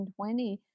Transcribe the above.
2020